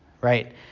right